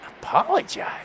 Apologize